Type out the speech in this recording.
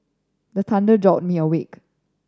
the thunder jolt me awake